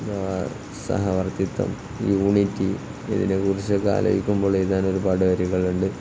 സഹവർത്തിത്തം unity ഇതിനെക്കുറിച്ചൊക്കെ ആലോചിക്കുമ്പോൾ എഴുതാന് ഒരുപാട് കാര്യങ്ങളുണ്ട്